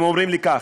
הם אומרים לי כך: